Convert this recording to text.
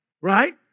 right